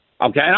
okay